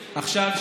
עכשיו,